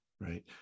right